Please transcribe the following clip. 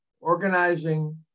organizing